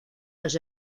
los